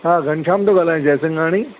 हा घनश्याम थो ॻाल्हायां जयसिंघाणी